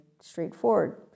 straightforward